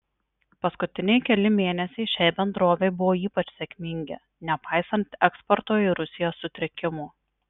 paskutiniai keli mėnesiai šiai bendrovei buvo ypač sėkmingi nepaisant eksporto į rusiją sutrikimų